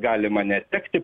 galima netekti